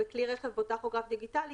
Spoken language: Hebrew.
ובכלי רכב בו טכוגרף דיגיטלי,